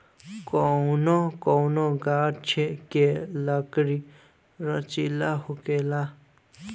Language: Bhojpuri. कौनो कौनो गाच्छ के लकड़ी लचीला होखेला